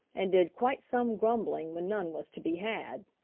and did quite some grumbling when none was to be had.